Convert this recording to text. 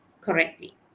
correctly